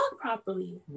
properly